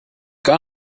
gar